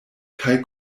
kaj